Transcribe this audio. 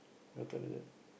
your turn it